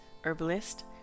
herbalist